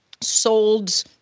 sold